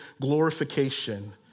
glorification